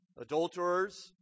adulterers